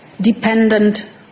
dependent